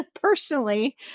personally